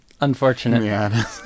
unfortunate